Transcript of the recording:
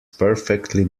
perfectly